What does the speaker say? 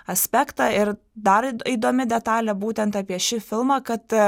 aspektą ir dar įdomi detalė būtent apie šį filmą kad